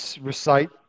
recite